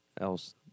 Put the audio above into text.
else